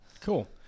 Cool